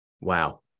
Wow